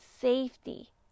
safety